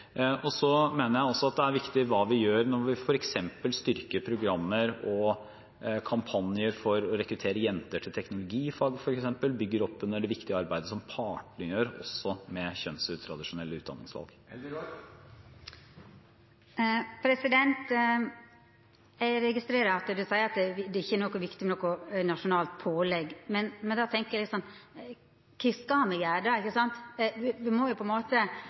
Jeg mener også at det er viktig hva vi gjør bl.a. når vi styrker programmer og kampanjer for å rekruttere jenter til teknologifag f.eks., og bygger opp under det viktige arbeidet som også partene gjør med kjønnsutradisjonelle utdanningsvalg. Eg registrerer at statsråden seier at det ikkje er viktig med noko nasjonalt pålegg. Men